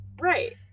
Right